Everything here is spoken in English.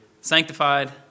sanctified